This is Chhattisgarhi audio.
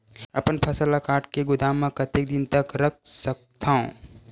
अपन फसल ल काट के गोदाम म कतेक दिन तक रख सकथव?